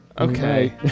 Okay